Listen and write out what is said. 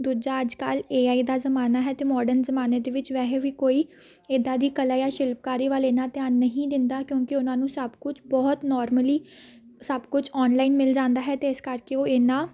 ਦੂਜਾ ਅੱਜ ਕੱਲ੍ਹ ਏ ਆਈ ਦਾ ਜ਼ਮਾਨਾ ਹੈ ਅਤੇ ਮੋਡਨ ਜ਼ਮਾਨੇ ਦੇ ਵਿੱਚ ਵੈਸੇ ਵੀ ਕੋਈ ਇੱਦਾਂ ਦੀ ਕਲਾ ਜਾ ਸ਼ਿਲਪਕਾਰੀ ਵੱਲ ਇੰਨਾਂ ਧਿਆਨ ਨਹੀਂ ਦਿੰਦਾ ਕਿਉਂਕਿ ਉਹਨਾਂ ਨੂੰ ਸਭ ਕੁਛ ਬਹੁਤ ਨੋਰਮਲੀ ਸਭ ਕੁਛ ਔਨਲਾਈਨ ਮਿਲ ਜਾਂਦਾ ਹੈ ਅਤੇ ਇਸ ਕਰਕੇ ਉਹ ਇੰਨਾ